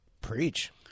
Preach